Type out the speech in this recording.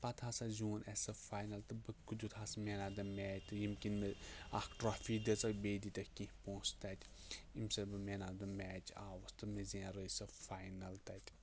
پَتہٕ ہَسا زیوٗن اَسہِ سُہ فاینَل تہٕ بہٕ دیُت ہَس مین آف دَ میچ تہٕ ییٚمۍ کِنۍ مےٚ اَکھ ٹرٛافی دِژٕکھ بیٚیہِ دِتِکھ کیٚنٛہہ پونٛسہٕ تَتہِ ییٚمۍ سۭتۍ بہٕ مین آف دَ میچ آوُس تہٕ مےٚ زینرٲے سۄ فاینَل تَتہِ